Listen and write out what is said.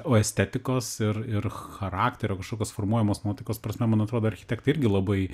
o estetikos ir ir charakterio kažkokios formuojamos nuotaikos prasme man atrodo architektai irgi labai